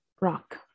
rock